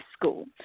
School